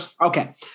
Okay